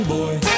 Boy